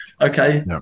okay